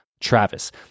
Travis